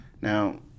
Now